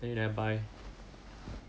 then you never buy